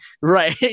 Right